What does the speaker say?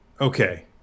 Okay